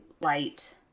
light